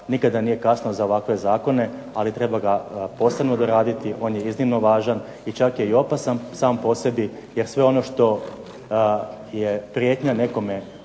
nikada nije kasno za ovakve zakone, ali treba ga posebno doraditi. On je iznimno važan i čak je i opasan sam po sebi jer sve ono što je prijetnja nekome